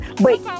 Wait